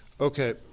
Okay